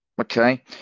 Okay